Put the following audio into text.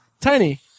Tiny